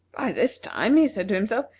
by this time, he said to himself,